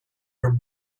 your